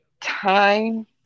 time